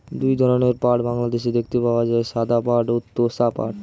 দুই ধরনের পাট বাংলাদেশে দেখতে পাওয়া যায়, সাদা পাট ও তোষা পাট